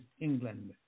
England